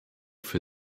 für